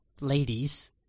ladies